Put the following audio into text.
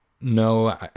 no